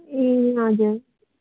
ए हजुर